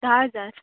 धा हजार